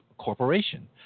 Corporation